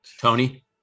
Tony